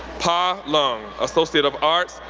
pa lung, associate of arts,